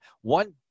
one